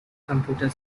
computer